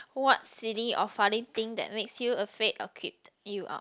what silly or funny thing that makes you a fake or creep you out